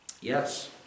Yes